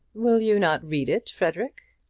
will you not read it, frederic?